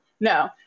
No